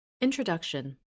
Introduction